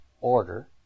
order